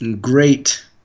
great